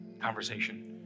conversation